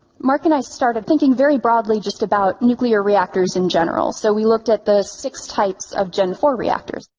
mark and i started thinking very broadly just about nuclear reactors in general. so we looked at the six types of g e n four reactors.